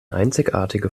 einzigartige